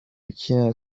ukina